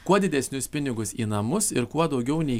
kuo didesnius pinigus į namus ir kuo daugiau nei